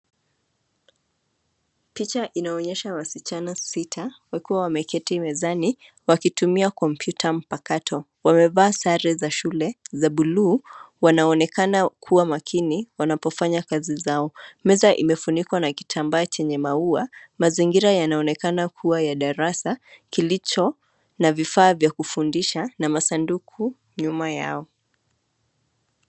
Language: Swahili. Picha inaonyesha wasichana sita, wakiwa wameketi mezani, wakitumia kompyuta mpakato. Wamevaa sare za shule za bluu wanaonekana kuwa makini wanapofanya kazi zao. Meza imefunikwa na kitambaa chenye maua, mazingira yanaonekana kuwa ya darasa kilicho na vifaa vya kufundisha na masanduku nyuma yao.